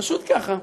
פשוט ככה,